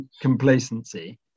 complacency